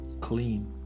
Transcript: clean